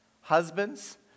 Husbands